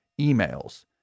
emails